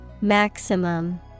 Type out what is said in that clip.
Maximum